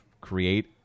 create